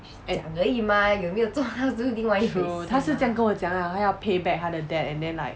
and true 她是这样跟我讲 lah 她要 payback 她的 dad and then like